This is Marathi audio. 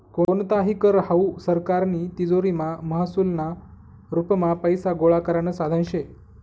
कोणताही कर हावू सरकारनी तिजोरीमा महसूलना रुपमा पैसा गोळा करानं साधन शे